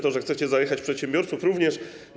To, że chcecie zajechać przedsiębiorców, również.